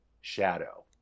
shadow